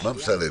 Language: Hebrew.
מה אמסלם?